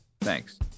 Thanks